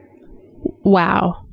Wow